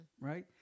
Right